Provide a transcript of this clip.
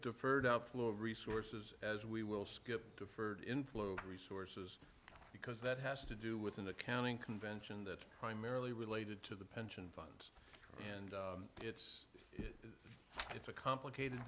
deferred outflow of resources as we will skip deferred inflow resources because that has to do with an accounting convention that primarily related to the pension fund and it's it's a complicated